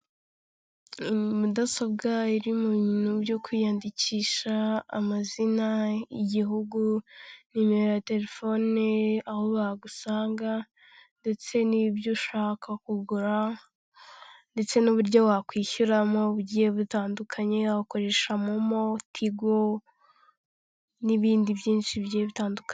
Ni mu isoko ry'ibiribwa harimo abantu bagaragara ko bari kugurisha, ndabona imboga zitandukanye, inyuma yaho ndahabona ibindi bintu biri gucuruzwa ,ndahabona ikimeze nk'umutaka ,ndahabona hirya ibiti ndetse hirya yaho hari n'inyubako.